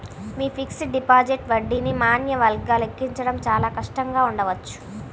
మీ fixed deposit వడ్డీని మాన్యువల్గా లెక్కించడం చాలా కష్టంగా ఉండవచ్చు